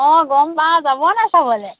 অঁ গম পাওঁ যাবনে চাবলৈ